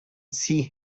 see